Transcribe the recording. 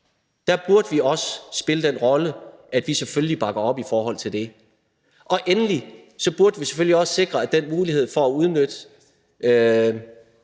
Der burde vi også spille den rolle, at vi selvfølgelig bakker op i forhold til det. Endelig burde vi selvfølgelig også sikre, at den mulighed for at udnytte